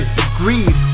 degrees